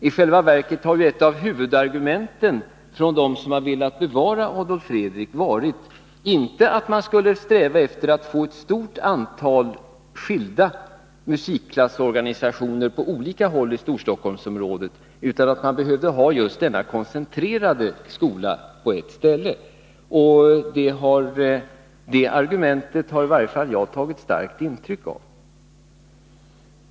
I själva verket har ett av huvudargumenten för dem som har velat bevara Adolf Fredrik varit att man inte skall sträva efter att få ett stort antal skilda musikklassorganisationer på olika håll i Storstockholmsområdet, utan att man skall ha denna koncentrerad på en plats. Det argumentet har i varje fall jag tagit ett starkt intryck av.